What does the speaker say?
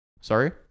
sorry